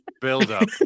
buildup